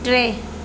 टे